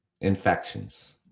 infections